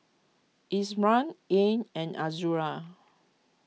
Imran Ain and Azura